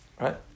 right